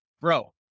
Bro